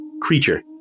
creature